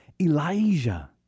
Elijah